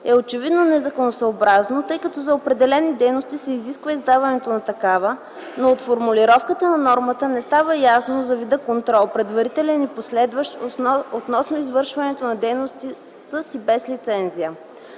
е очевидно незаконосъобразно, тъй като за определени дейности се изисква издаването на такава, но от формулировката на нормата не става ясно за вида контрол – предварителен и последващ, относно извършването на дейности с и без лицензия.